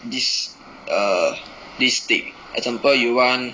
this err this thing example you want